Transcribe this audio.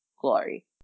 Glory